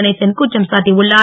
கணேசன் குற்றம் சாட்டியுள்ளார்